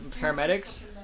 paramedics